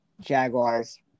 Jaguars